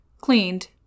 cleaned